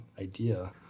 idea